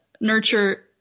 nurture